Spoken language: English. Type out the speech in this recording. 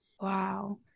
Wow